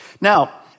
Now